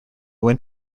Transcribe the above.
went